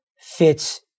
fits